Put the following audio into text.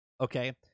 Okay